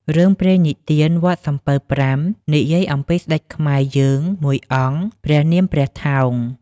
រឿងព្រេងនិទាន «វត្តសំពៅប្រាំ» និយាយអំពីស្ដេចខ្មែរយើងមួយអង្គ ព្រះនាមព្រះថោង ។